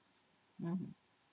mm